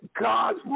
God's